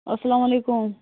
اسلام علیکُم